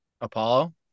Apollo